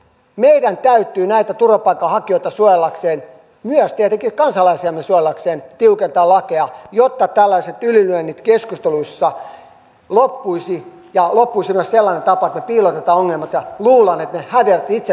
meidän täytyy näitä turvapaikanhakijoita suojellaksemme myös tietenkin kansalaisiamme suojellaksemme tiukentaa lakeja jotta tällaiset ylilyönnit keskusteluissa loppuisivat ja loppuisi myös sellainen tapa että me piilotamme ongelmat ja luulemme että ne häviävät itsestään jos me emme mitään tee